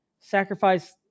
sacrifice